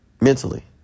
mentally